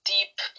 deep